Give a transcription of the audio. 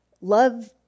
love